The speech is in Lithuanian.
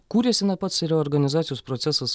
kūrėsi na pats reorganizacijos procesas